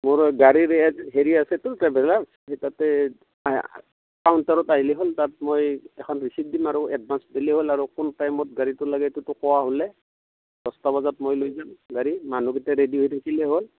মোৰ গাড়ীৰ হেৰি আছেতো ট্ৰেভেলাৰ সেই তাতে কাউণ্টাৰত আহিলেই হ'ল তাত মই এখন ৰিচিপ্ট দিম আৰু এডভান্স দিলেই হ'ল আৰু কোন টাইমত গাড়ীটো লাগেটোতো কোৱা হ'লে দছটা বজাত মই লৈ যাম গাড়ী মানুহকিটা ৰেডি হৈ থাকিলেই হ'ল